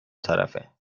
طرفه